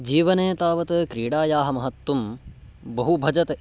जीवने तावत् क्रीडायाः महत्वं बहु भजते